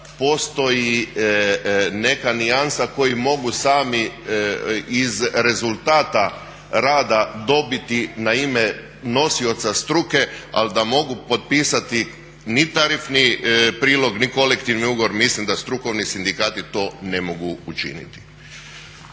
postoji neka nijansa koji mogu sami iz rezultata rada dobiti na ime nosioca struke, ali da mogu potpisati ni tarifni ni kolektivni ugovor, mislim da strukovni sindikati to ne mogu učiniti.